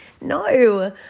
No